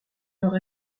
nord